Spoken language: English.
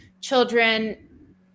children